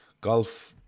golf